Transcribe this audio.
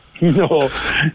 No